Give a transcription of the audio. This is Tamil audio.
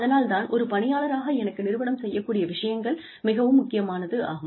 அதனால் தான் ஒரு பணியாளராக எனக்கு நிறுவனம் செய்யக்கூடிய விஷயங்கள் மிகவும் முக்கியமானதாகும்